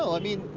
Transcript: i mean,